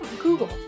Google